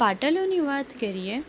પાટલીઓની વાત કરીએ તો